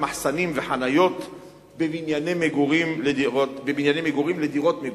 מחסנים וחניות בבנייני מגורים לדירות מגורים.